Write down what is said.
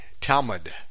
Talmud